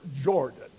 Jordan